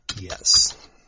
yes